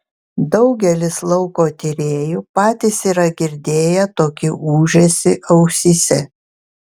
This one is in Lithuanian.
daugelis lauko tyrėjų patys yra girdėję tokį ūžesį ausyse